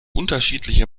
unterschiedliche